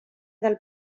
del